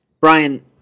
Brian